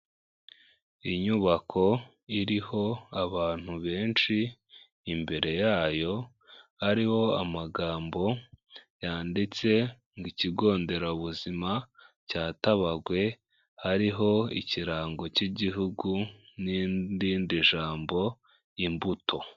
Inyubako iriho abantu benshi imbere yayo hariho amagambo yanditse ngo "ikigo nderabuzima cya Tabagwe" hariho ikirango cy'Igihugu n'irindi jambo imbuto.